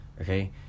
Okay